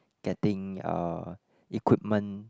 getting uh equipment